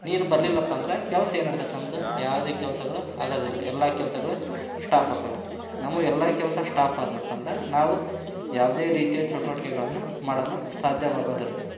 ನೀರು ಬರಲಿಲ್ಲಪ್ಪ ಅಂದ್ರೆ ಕೆಲ್ಸ ಏನು ನಡಿತೈತೆ ನಮ್ದು ಯಾವುದೇ ಕೆಲಸಗಳು ಆಗೋದಿಲ್ಲ ಎಲ್ಲ ಕೆಲಸಗಳು ಸ್ಟಾಪ್ ಅಕ್ಕವೆ ನಮ್ಮ ಎಲ್ಲ ಕೆಲಸ ಸ್ಟಾಫ್ ಆದ್ನಪ್ಪ ಅಂದ್ರೆ ನಾವು ಯಾವುದೇ ರೀತಿಯ ಚಟುವಟ್ಕೆಗಳನ್ನು ಮಾಡಲು ಸಾಧ್ಯವಾಗೋದಿಲ್ಲ